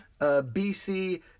BC